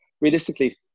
realistically